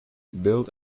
built